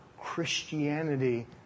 Christianity